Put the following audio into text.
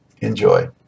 Enjoy